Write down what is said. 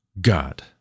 God